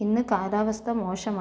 ഇന്ന് കാലാവസ്ഥ മോശമായിരുന്നു